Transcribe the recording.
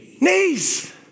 Knees